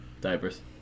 Diapers